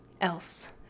else